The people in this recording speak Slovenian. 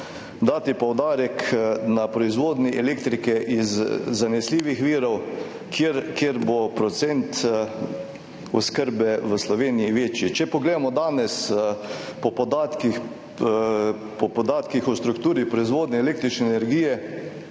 dati poudarek na proizvodnjo elektrike iz zanesljivih virov, kjer bo procent oskrbe v Sloveniji večji. Če danes pogledamo podatke o strukturi proizvodnje električne energije,